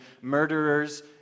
murderers